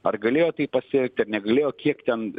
ar galėjo taip pasielgti ar negalėjo kiek ten